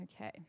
Okay